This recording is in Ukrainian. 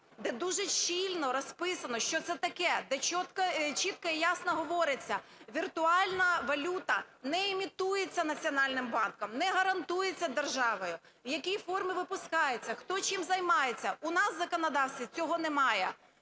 Де дуже щільно розписано, що це таке, де чітко і ясно говориться, віртуальна валюта не імітується Національним банком, не гарантується державою, в якій формі випускається, хто чим займається. У нас в законодавстві цього немає.